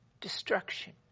destruction